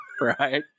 right